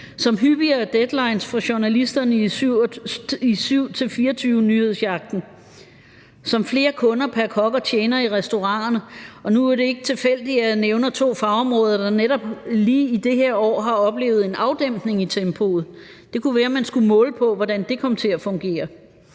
som hyppigere deadlines for journalisterne i 24-7-nyhedsjagten, som flere kunder pr. kok og tjener i restauranterne – og nu er det ikke tilfældigt, at jeg nævner to fagområder, der netop lige i det her år har oplevet en afdæmpning i tempoet; det kunne være, man skulle måle på, hvordan det kom til at fungere.